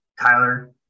Tyler